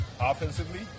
offensively